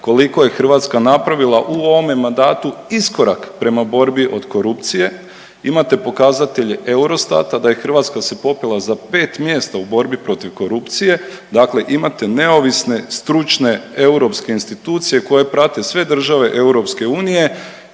koliko je Hrvatska napravila u ovome mandatu iskorak prema borbi od korupcije, imate pokazatelje Eurostata da je Hrvatska se popela za pet mjesta u borbi protiv korupcije, dakle imate neovisne, stručne europske institucije koje prate sve države EU